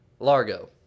Largo